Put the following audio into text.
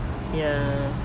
ya